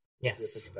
Yes